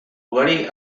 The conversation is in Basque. ugari